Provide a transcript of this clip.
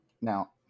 Now